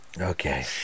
Okay